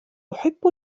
أحب